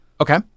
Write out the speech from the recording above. Okay